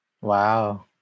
Wow